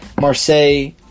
Marseille